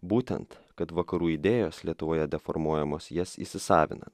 būtent kad vakarų idėjos lietuvoje deformuojamos jas įsisavinan